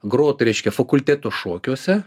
grot reiškia fakulteto šokiuose